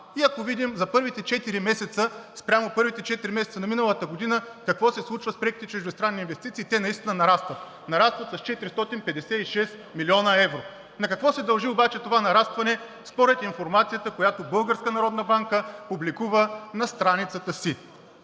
И ако видим за първите четири месеца спрямо първите четири месеца на миналата година какво се случва с преките чуждестранни инвестиции, те наистина нарастват – нарастват с 456 млн. евро. На какво се дължи обаче това нарастване според информацията, която Българската народна